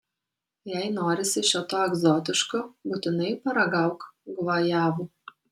jei norisi šio to egzotiško būtinai paragauk gvajavų